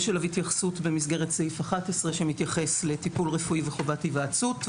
יש אליו התייחסות במסגרת סעיף 11 שמתייחס לטיפול רפואי וחובת היוועצות.